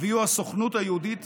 הביאו הסוכנות היהודית